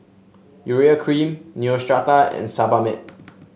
Urea Cream Neostrata and Sebamed